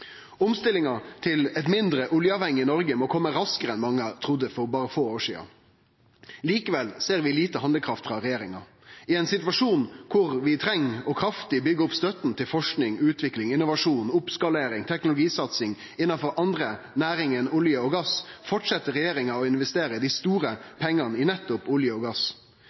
Omstillinga til eit mindre oljeavhengig Noreg må kome raskare enn mange trudde for berre få år sidan. Likevel ser vi lite handlekraft frå regjeringa. I ein situasjon kor vi treng kraftig å byggje opp støtta til forsking, utvikling, innovasjon, oppskalering og teknologisatsing innanfor andre næringar enn olje og gass, fortset regjeringa å investere dei store pengane i nettopp olje og gass.